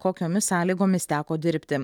kokiomis sąlygomis teko dirbti